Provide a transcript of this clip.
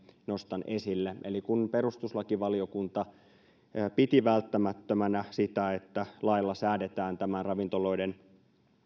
nostan esille hyvitysosuuden laskemisen eli kun perustuslakivaliokunta piti välttämättömänä sitä että lailla säädetään ravintoloiden